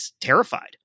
terrified